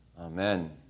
Amen